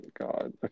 God